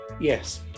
yes